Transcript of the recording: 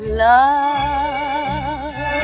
love